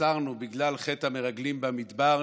בגלל חטא המרגלים במדבר,